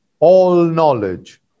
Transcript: all-knowledge